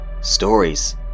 stories